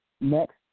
Next